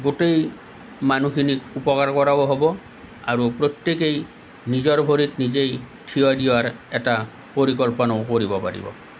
গোটেই মানুহখিনিক উপকাৰ কৰাও হ'ব আৰু প্ৰত্যেকেই নিজৰ ভৰিত নিজেই থিয় দিয়াৰ এটা পৰিকল্পনাও কৰিব পাৰিব